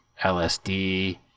LSD